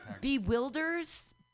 bewilders